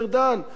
השר ארדן,